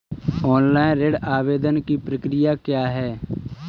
Online ऋण आवेदन की प्रक्रिया क्या है?